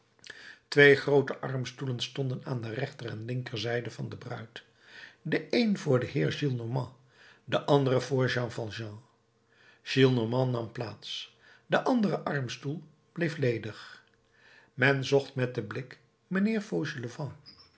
twee groote armstoelen stonden aan de rechter en de linkerzijde van de bruid de een voor den heer gillenormand de andere voor jean valjean gillenormand nam plaats de andere armstoel bleef ledig men zocht met den blik mijnheer fauchelevent